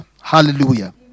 Hallelujah